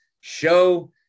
show